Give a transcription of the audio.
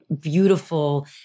beautiful